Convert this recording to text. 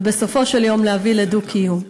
ובסופו של דבר להביא לדו-קיום.